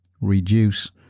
reduce